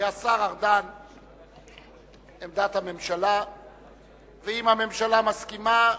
אם הממשלה מסכימה,